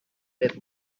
whip